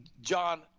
John